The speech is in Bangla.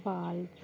পোল